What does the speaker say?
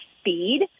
speed